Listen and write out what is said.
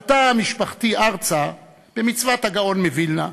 עלתה משפחתי ארצה, במצוות הגאון מווילנה,